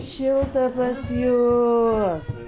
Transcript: šilta pas jus